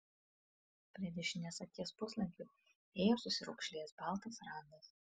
prie dešinės akies puslankiu ėjo susiraukšlėjęs baltas randas